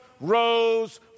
rose